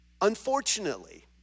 Unfortunately